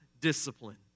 discipline